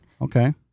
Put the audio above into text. Okay